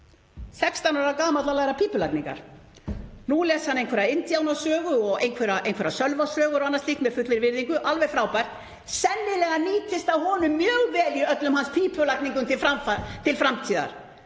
16 ára gamall að læra pípulagningar. Nú les hann einhverja indíánasögu og einhverja Sölvasögu unglings og annað slíkt, með fullri virðingu. Alveg frábært, sennilega nýtist það honum mjög vel í öllum hans pípulagningum til framtíðar